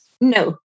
No